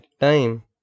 time